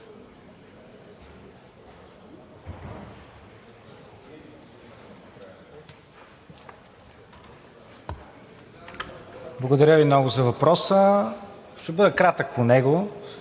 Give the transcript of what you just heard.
Благодаря Ви много за въпроса, ще бъда кратък по него.